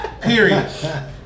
Period